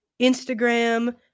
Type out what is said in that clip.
Instagram